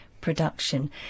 production